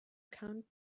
count